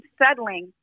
settling